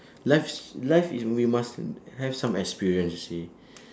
life's life is we must have some experience you see